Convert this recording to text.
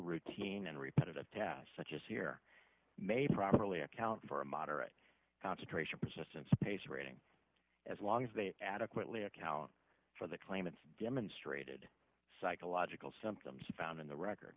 routine and repetitive tasks such as here may properly account for a moderate concentration persistent space rating as long as they adequately account for the claimants demonstrated psychological symptoms found in the record